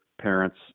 parents